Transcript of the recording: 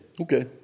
Okay